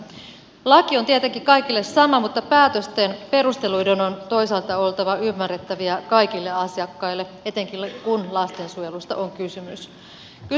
laki on tietenkin kaikille sama mutta päätösten perusteluiden on toisaalta oltava ymmärrettäviä kaikille asiakkaille etenkin kun lastensuojelusta on kysymys